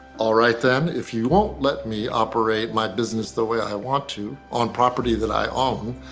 all right then, if you won't let me operate my business the way i want to on property that i own,